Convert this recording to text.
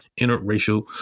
interracial